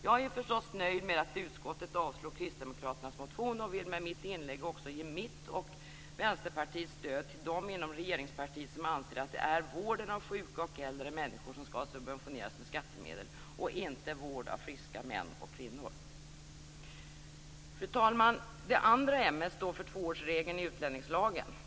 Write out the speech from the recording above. Jag är förstås nöjd med att utskottet avslår kristdemokraternas motion och vill med mitt inlägg också ge mitt och Vänsterpartiets stöd till dem inom regeringspartiet som anser att det är vården av sjuka och äldre människor som skall subventioneras med skattemedel och inte vård av friska män och kvinnor. Fru talman! Det andra m:et står för tvåårsregeln i utlänningslagen.